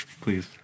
Please